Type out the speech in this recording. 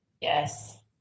Yes